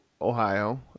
ohio